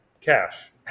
cash